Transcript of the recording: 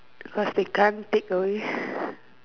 because they can't take away